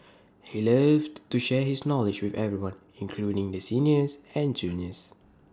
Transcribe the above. he loved to share his knowledge with everyone including the seniors and juniors